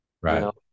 right